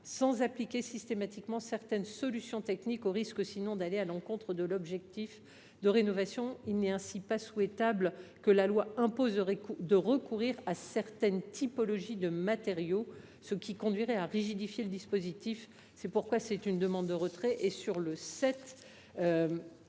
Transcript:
sans appliquer systématiquement certaines solutions techniques, sauf à aller à l’encontre de l’objectif de rénovation. Il n’est ainsi pas souhaitable que la loi impose de recourir à certaines typologies de matériaux, car cela conduirait à rigidifier le dispositif. L’amendement n° 7 rectifié,